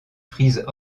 frise